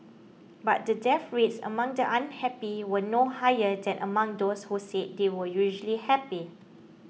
but the death rates among the unhappy were no higher than among those who said they were usually happy